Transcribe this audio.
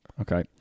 okay